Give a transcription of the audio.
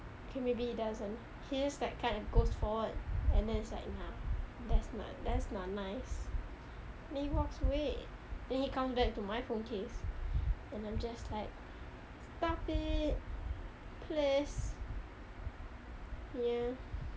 okay maybe he doesn't he just kinda goes forward and then he's like nah that's not that's not nice then he walks away then he comes back to my phone case and I'm just like stop it please ya